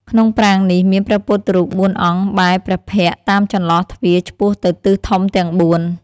ក្នុងប្រាង្គនេះ មានព្រះពុទ្ធរូបបួន អង្គ បែរព្រះភក្ត្រតាមចន្លោះទ្វារឆ្ពោះទៅទិសធំទាំងបួន ។